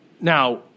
Now